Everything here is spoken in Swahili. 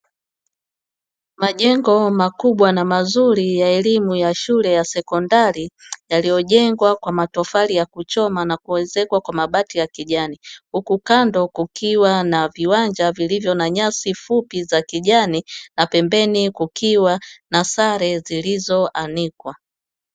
Majęngo makubwa na mazuri ya elimu ya shule ya sekondari yaliyojengwa kwa matofali ya kuchoma na kuezekwa kwa mabati ya kijani, huku kando kukiwa na viwanja vilivyo na nyasi fupi za kijani na pembeni kukiwa na sare zilizoanikwa.